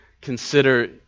consider